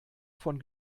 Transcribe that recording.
von